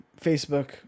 Facebook